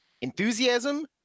enthusiasm